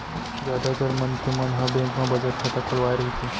जादातर मनखे मन ह बेंक म बचत खाता खोलवाए रहिथे